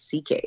CK